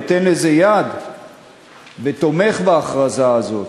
נותן לזה יד ותומך בהכרזה הזאת.